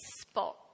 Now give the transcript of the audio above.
spot